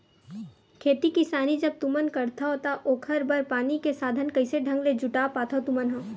खेती किसानी जब तुमन करथव त ओखर बर पानी के साधन कइसे ढंग ले जुटा पाथो तुमन ह?